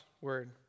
word